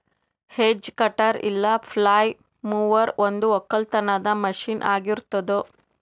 hedge cutter ಇಲ್ಲ flail mower ಒಂದು ಒಕ್ಕಲತನದ ಮಷೀನ್ ಆಗಿರತ್ತುದ್